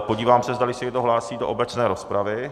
Podívám se, zdali se někdo hlásí do obecné rozpravy.